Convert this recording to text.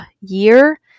year